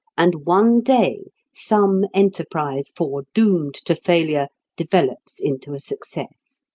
and one day some enterprise foredoomed to failure develops into a success.